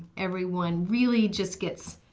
everyone really just gets